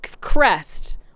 crest